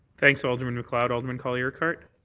thanks, alderman macleod. alderman colley-urquhart?